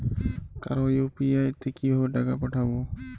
কারো ইউ.পি.আই তে কিভাবে টাকা পাঠাবো?